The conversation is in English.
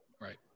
Right